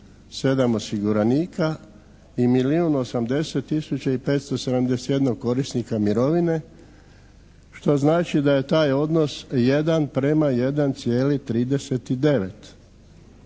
80 tisuća i 571 korisnika mirovine što znači da je taj odnos jedan prema 1,39